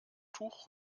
tuch